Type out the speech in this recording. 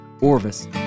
Orvis